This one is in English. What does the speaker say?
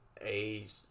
age